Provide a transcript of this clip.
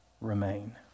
remain